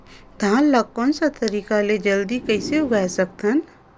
धान ला कोन सा तरीका ले जल्दी कइसे उगाय सकथन?